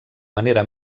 manera